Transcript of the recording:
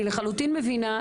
אני לחלוטין מבינה.